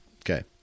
Okay